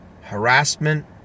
harassment